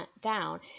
down